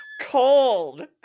cold